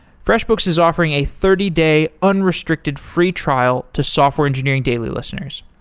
freshbooks is offering a thirty day unrestricted free trial to software engineering daily listeners.